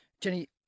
jenny